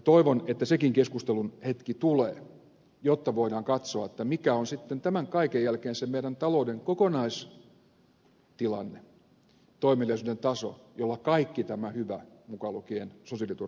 toivon että sekin keskustelun hetki tulee jotta voidaan katsoa mikä on sitten tämän kaiken jälkeen se meidän taloutemme kokonaistilanne toimeliaisuuden taso jolla kaikki tämä hyvä mukaan lukien sosiaaliturva rahoitetaan